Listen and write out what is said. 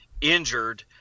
injured